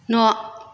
न'